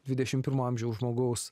dvidešim pirmo amžiaus žmogaus